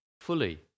fully